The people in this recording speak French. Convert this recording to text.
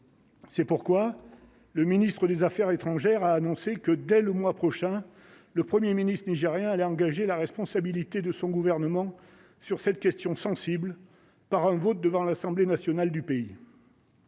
C'est pourquoi le ministre des Affaires étrangères a annoncé que dès le mois prochain, le 1er ministre nigérien allait engager la responsabilité de son gouvernement sur cette question sensible par un vote devant l'Assemblée nationale du pays.